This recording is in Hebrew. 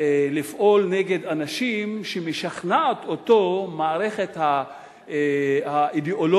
לפעול נגד אנשים שמשכנעת אותו המערכת האידיאולוגית,